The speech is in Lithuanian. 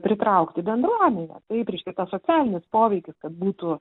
pritraukti bendruomenę taip reiškia tas socialinis poveikis būtų